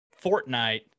Fortnite